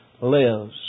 lives